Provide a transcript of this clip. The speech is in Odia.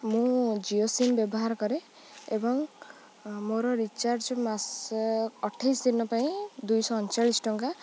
ମୁଁ ଜିଓ ସିମ୍ ବ୍ୟବହାର କରେ ଏବଂ ମୋର ରିଚାର୍ଜ ମାସ ଅଠେଇଶି ଦିନ ପାଇଁ ଦୁଇଶହ ଅଣଚାଳିଶି ଟଙ୍କା